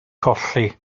colli